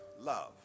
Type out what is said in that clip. love